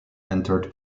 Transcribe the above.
entered